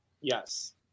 Yes